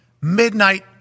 midnight